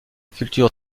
agriculture